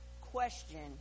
question